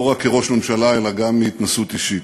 לא רק כראש ממשלה אלא גם מהתנסות אישית.